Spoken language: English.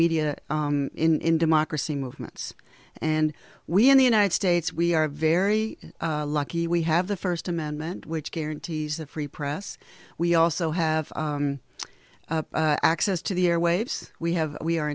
media in democracy movements and we in the united states we are very lucky we have the first amendment which guarantees the free press we also have access to the airwaves we have we are